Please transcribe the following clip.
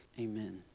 amen